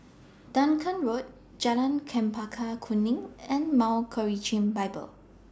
Dunearn Road Jalan Chempaka Kuning and Mount Gerizim Bible